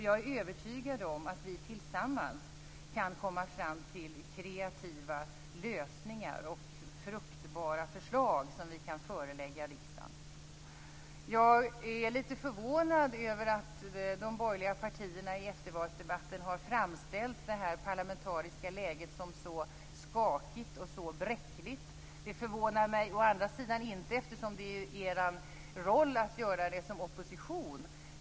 Jag är övertygad om att vi tillsammans kan komma fram till kreativa lösningar och fruktbara förslag som vi kan förelägga riksdagen. Jag är litet förvånad över att de borgerliga partierna i eftervalsdebatten har framställt det parlamentariska läget som så skakigt och bräckligt. Det förvånar mig å andra sidan inte, eftersom det är er roll att göra det som opposition.